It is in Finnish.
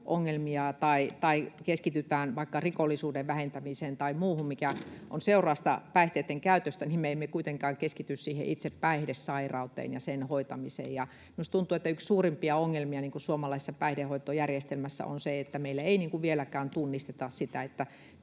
tai keskitytään vaikka rikollisuuden vähentämiseen tai muuhun, mikä on seurausta päihteitten käytöstä, me emme kuitenkaan keskity siihen itse päihdesairauteen ja sen hoitamiseen. Minusta tuntuu, että yksi suurimpia ongelmia suomalaisessa päihdehoitojärjestelmässä on, että meillä ei vieläkään tunnisteta sitä,